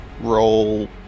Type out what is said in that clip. roll